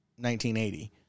1980